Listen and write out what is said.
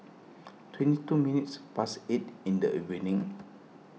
twenty two minutes past eight in the evening